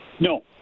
No